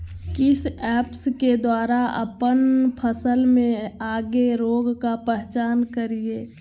किस ऐप्स के द्वारा अप्पन फसल में लगे रोग का पहचान करिय?